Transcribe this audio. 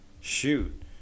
Shoot